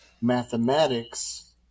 mathematics